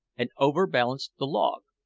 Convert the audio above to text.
and overbalanced the log.